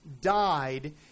died